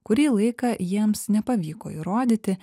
kurį laiką jiems nepavyko įrodyti